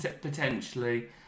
potentially